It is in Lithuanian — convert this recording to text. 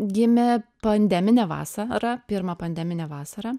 gimė pandeminę vasarą pirmą pandeminę vasarą